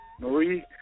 Marie